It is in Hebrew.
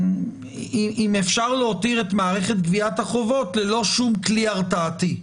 אם אפשר להותיר את מערכת גביית החובות ללא שום כלי הרתעתי,